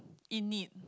in need